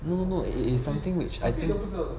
no no no it it's something which I say